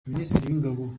ministeri